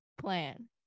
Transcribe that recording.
plan